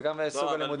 זה גם סוג הלימודים.